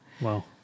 Wow